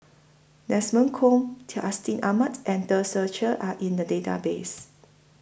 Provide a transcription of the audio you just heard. Desmond Kon Amat and Tan Ser Cher Are in The Database